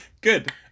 Good